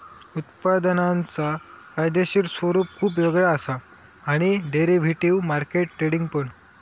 उत्पादनांचा कायदेशीर स्वरूप खुप वेगळा असा आणि डेरिव्हेटिव्ह मार्केट ट्रेडिंग पण